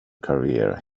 career